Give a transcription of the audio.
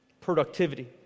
productivity